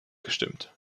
gestimmt